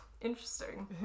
interesting